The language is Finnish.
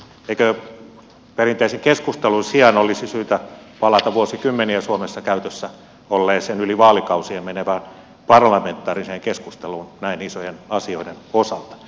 eikö perinteisen keskustelun sijaan olisi syytä palata vuosikymmeniä suomessa käytössä olleeseen yli vaalikausien menevään parlamentaariseen keskusteluun näin isojen asioiden osalta